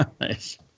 Nice